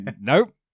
Nope